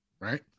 right